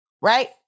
Right